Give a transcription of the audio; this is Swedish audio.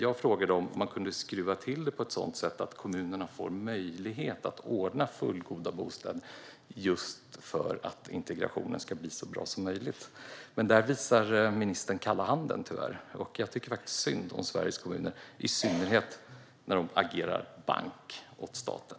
Jag frågade om man kan skruva till detta på ett sådant sätt att kommunerna får möjlighet att ordna fullgoda bostäder just för att integrationen ska bli så bra som möjligt. Där visar dock ministern kalla handen. Jag tycker faktiskt synd om Sveriges kommuner, i synnerhet när de agerar bank åt staten.